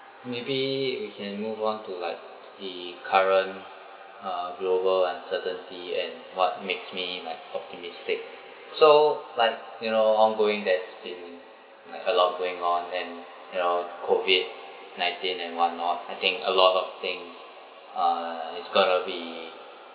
maybe we can move on to like the current uh global uncertainty and what makes me like optimistic so like you know on going that's been like a lot of going on and you know COVID nineteen and what not I think a lot of thing uh it's going to be